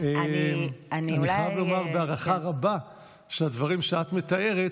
אני חייב לומר בהערכה רבה שהדברים שאת מתארת,